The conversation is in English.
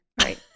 Right